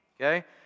okay